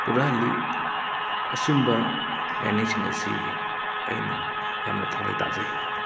ꯄꯨꯔꯛꯍꯜꯂꯤ ꯑꯆꯨꯝꯕ ꯂꯥꯏꯅꯤꯡꯁꯤꯡ ꯑꯁꯤ ꯑꯩꯅ ꯌꯥꯝꯅ ꯊꯋꯥꯏ ꯇꯥꯖꯩ